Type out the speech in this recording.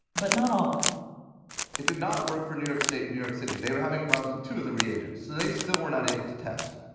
but not all of them it did not work for new york state, new york city. they were having problems, two of the reagents. so they still were not able to test.